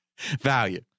value